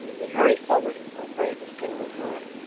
we hurried forward, all three of us thinking hard.